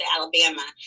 Alabama